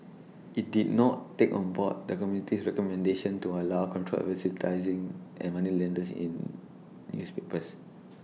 IT did not take on board the committee's recommendation to allow controlled advertising an moneylenders in newspapers